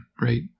right